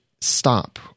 stop